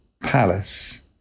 palace